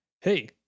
Hey